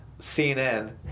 CNN